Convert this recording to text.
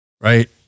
right